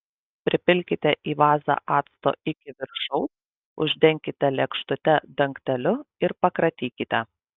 pripilkite į vazą acto iki viršaus uždenkite lėkštute dangteliu ir pakratykite